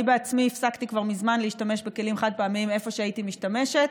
אני בעצמי הפסקתי כבר מזמן להשתמש בכלים חד-פעמיים איפה שהייתי משתמשת,